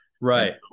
right